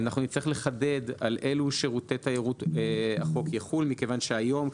נצטרך לחדד על אלו שירותי תיירות החוק יחול מכיוון שהיום,